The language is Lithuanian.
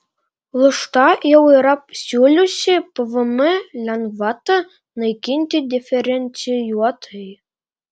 lšta jau yra siūliusi pvm lengvatą naikinti diferencijuotai